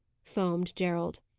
foamed gerald.